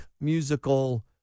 musical